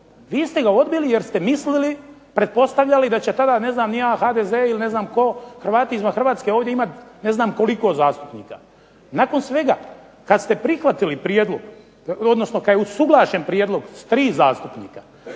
Vi ste ga odbili jer ste mislili, pretpostavljali da će tada HDZ ili ne znam tko Hrvati izvan Hrvatske imati ovdje ne znam koliko zastupnika. Nakon svega kada ste prihvatili prijedlog, odnosno kada je usuglašen prijedlog s tri zastupnika,